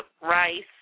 rice